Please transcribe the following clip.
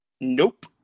Nope